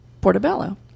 Portobello